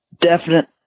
definite